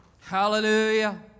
Hallelujah